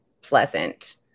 pleasant